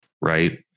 Right